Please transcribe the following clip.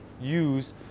use